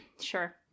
Sure